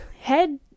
head